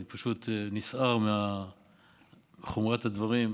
אני פשוט נסער מחומרת הדברים.